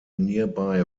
nearby